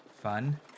fun